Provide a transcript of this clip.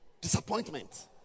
Disappointment